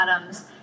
atoms